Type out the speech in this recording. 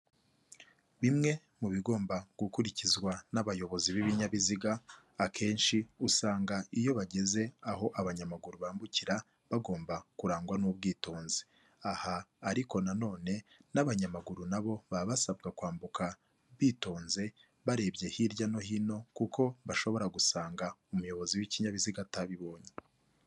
Bimwe mu bigomba gukurikizwa n'abayobozi b'ibinyabiziga akenshi usanga iyo bageze aho abanyamaguru bambukira bagomba kurangwa n'ubwitonzi, aha ariko na none n'abanyamaguru na bo baba basabwa kwambuka bitonze barebye hirya no hino kuko bashobora gusanga umuyobozi w'ikinyabiziga atabibonye.